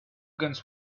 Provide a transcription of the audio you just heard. guns